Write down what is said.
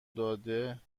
داده